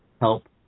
help